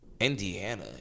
Indiana